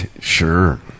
Sure